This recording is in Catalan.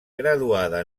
graduada